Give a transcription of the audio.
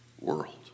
world